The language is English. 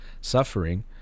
suffering